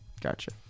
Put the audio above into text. Gotcha